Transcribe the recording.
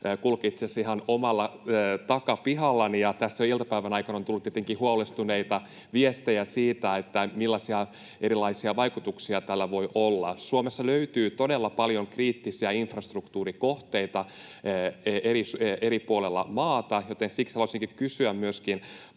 kulkee itse asiassa ihan omalla takapihallani. Tässä iltapäivän aikana on tullut tietenkin huolestuneita viestejä siitä, millaisia erilaisia vaikutuksia tällä voi olla. Suomessa löytyy todella paljon kriittisiä infrastruktuurikohteita eri puolilla maata, joten siksi haluaisinkin kysyä myöskin